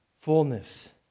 fullness